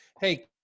Hey